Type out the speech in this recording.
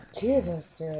jesus